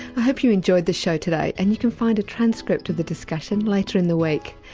i hope you enjoyed the show today and you can find a transcript of the discussion later in the week.